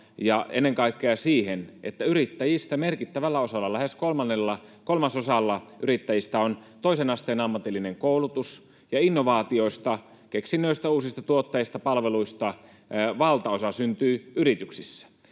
ja ennen kaikkea siihen, että yrittäjistä merkittävällä osalla — lähes kolmasosalla — on toisen asteen ammatillinen koulutus ja innovaatioista, keksinnöistä, uusista tuotteista, palveluista, valtaosa syntyy yrityksissä.